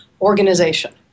organization